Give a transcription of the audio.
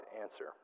answer